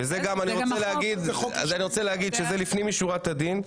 ואני גם רוצה להגיד שזה לפנים משורת הדין,